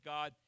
God